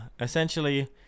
essentially